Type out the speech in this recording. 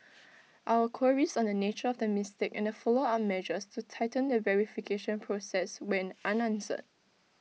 our queries on the nature of the mistake and the follow up measures to tighten the verification process went unanswered